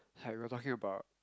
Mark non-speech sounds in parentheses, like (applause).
(noise) we were talking about